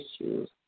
issues